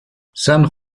san